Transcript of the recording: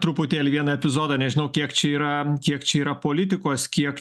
truputėlį vieną epizodą nežinau kiek čia yra kiek čia yra politikos kiek